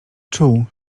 czuł